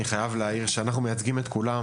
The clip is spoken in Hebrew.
אני חייב להעיר שאנחנו מייצגים את כולם,